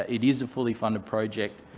ah it is a fully funded project,